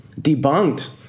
debunked